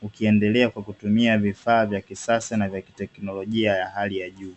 kukienelea kwa kutumia vifaa vya kisasa na vya kiteknolojia ya hali ya juu .